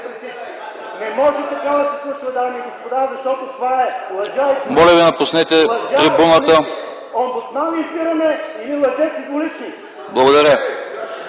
Моля Ви, напуснете трибуната. Благодаря.